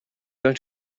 going